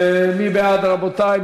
מי בעד, רבותי?